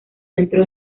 centros